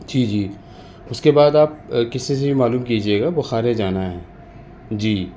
جی جی اس کے بعد آپ کسی سے بھی معلوم کیجیے گا بخارے جانا ہے جی